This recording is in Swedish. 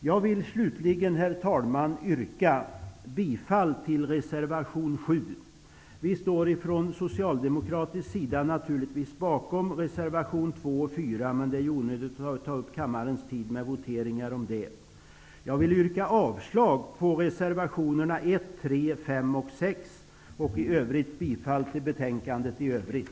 Jag vill slutligen yrka bifall till reservation 7. Vi står från socialdemokratisk sida naturligtvis bakom även reservationerna 2 och 4, men vi skall inte ta upp kammarens tid med att votera om dem. Jag vill yrka avslag på reservationerna 1, 3, 5 och 6. I övrigt yrkar jag bifall till hemställan i betänkandet.